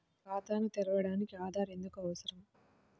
ఖాతాను తెరవడానికి ఆధార్ ఎందుకు అవసరం?